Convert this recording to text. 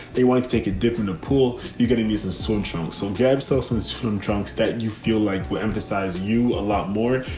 they won't take a different pool. you're getting these some swim trunks. so grab, so some swim trunks that you feel like will emphasize you a lot more.